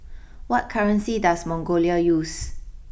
what currency does Mongolia use